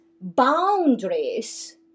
boundaries